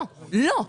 לא, לא.